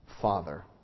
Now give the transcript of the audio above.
Father